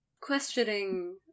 questioning